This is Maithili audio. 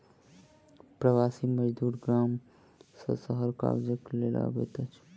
प्रवासी मजदूर गाम सॅ शहर काजक लेल अबैत अछि